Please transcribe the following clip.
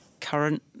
current